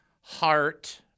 heart